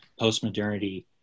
postmodernity